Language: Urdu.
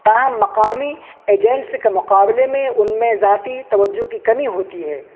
تاہم مقامی ایجنٹس کے مقابلے میں ان میں ذاتی توجہ کی کمی ہوتی ہے